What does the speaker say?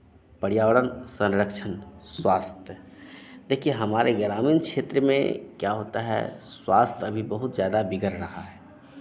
पर्यावरण संरक्षण स्वास्थ्य देखिये हमारे ग्रामीण क्षेत्र में क्या होता है स्वास्थ्य अभी बहुत ज़्यादा बिगड़ रहा है